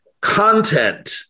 content